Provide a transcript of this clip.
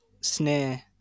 snare